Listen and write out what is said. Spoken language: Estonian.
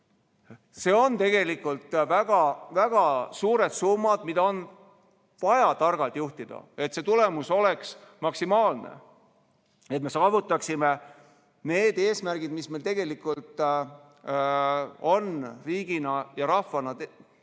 Need on tegelikult väga-väga suured summad, mida on vaja targalt juhtida, et tulemus oleks maksimaalne, et me saavutaksime need eesmärgid, mis meil riigi ja rahvana on ja mille